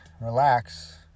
relax